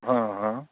हँ हँ